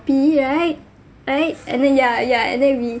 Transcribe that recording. right right and then ya ya and then we